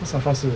那 SAFRA 是